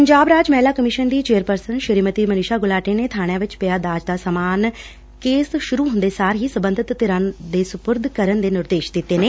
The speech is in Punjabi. ਪੰਜਾਬ ਰਾਜ ਮਹਿਲਾ ਕਮਿਸ਼ਨ ਦੀ ਚੇਅਰਪਰਸਨ ਸ੍ਰੀਮਤੀ ਮਨੀਸ਼ਾ ਗੁਲਾਟੀ ਨੇ ਬਾਣਿਆਂ ਵਿਚ ਪਿਆ ਦਾਜ ਦਾ ਸਮਾਨ ਕੇਸ ਸੁਰੁ ਹੁੰਦੇ ਸਾਰ ਹੀ ਸਬੰਧਤ ਧਿਰਾਂ ਨੁੰ ਸਪੁਰਦ ਕਰਨ ਦੇ ਨਿਰਦੇਸ਼ ਦਿੱਤੇ ਨੇ